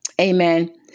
Amen